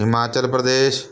Himachal Pradesh